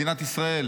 מדינת ישראל